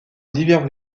divers